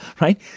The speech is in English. Right